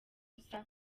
busa